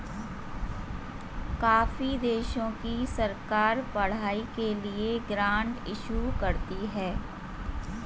काफी देशों की सरकार पढ़ाई के लिए ग्रांट इशू करती है